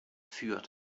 führt